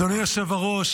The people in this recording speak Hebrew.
אדוני היושב-ראש,